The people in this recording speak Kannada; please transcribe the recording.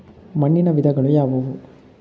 ಮಣ್ಣಿನ ವಿಧಗಳು ಯಾವುವು?